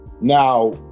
Now